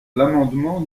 l’amendement